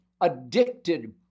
addicted